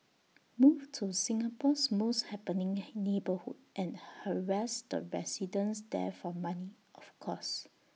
move to Singapore's most happening neighbourhood and harass the residents there for money of course